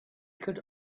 could